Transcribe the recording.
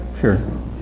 Sure